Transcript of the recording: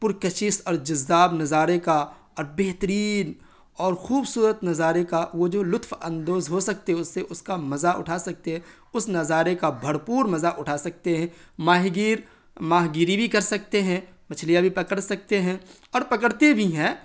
پرکشس اور جاذب نظارے کا اور بہترین اور خوبصورت نظارے کا وہ جو لطف اندوز ہو سکتے ہیں اس سے اس کا مزہ اٹھا سکتے ہیں اس نظارے کا بھر پور مزہ اٹھا سکتے ہیں ماہی گیر ماہ گیری بھی کر سکتے ہیں مچھلیاں بھی پکڑ سکتے ہیں اور پکڑتے بھی ہیں